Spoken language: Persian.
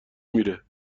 میره